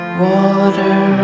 water